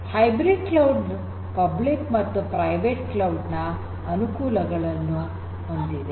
hybrid cloud public ಮತ್ತು private cloud ಗಳ ಅನುಕೂಲಗಳನ್ನು ಹೊಂದಿದೆ